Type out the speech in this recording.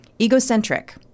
Egocentric